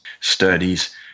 Studies